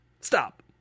stop